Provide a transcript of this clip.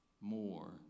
more